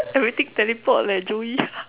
everything teleport leh Joey